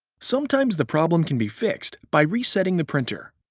sometimes the problem can be fixed by resetting the printer.